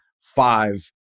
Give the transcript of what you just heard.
five